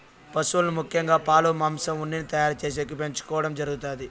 పసువులను ముఖ్యంగా పాలు, మాంసం, ఉన్నిని తయారు చేసేకి పెంచుకోవడం జరుగుతాది